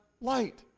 light